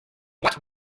what